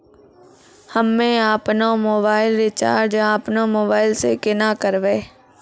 हम्मे आपनौ mobile recharge आपनौ मोबाइल से केना करवै?